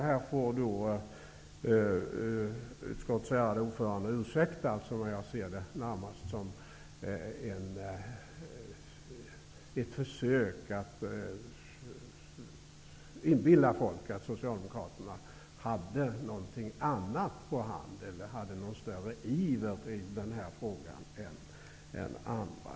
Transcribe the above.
Utskottets ärade ordförande får ursäkta, men jag ser det närmast som ett försök att inbilla folk att Socialdemokraterna hade någonting annat på hand eller någon större iver i denna fråga än andra.